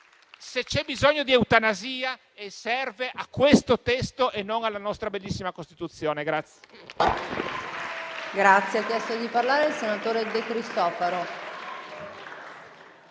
Se c'è bisogno di eutanasia, serve a questo testo e non alla nostra bellissima Costituzione.